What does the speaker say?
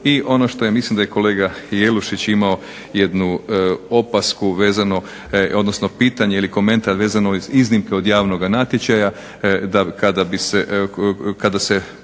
I ono što ja mislim da je kolega Jelušić imao jednu opasku vezano, odnosno pitanje ili komentar vezano iznimke od javnoga natječaja da kada